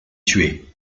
tué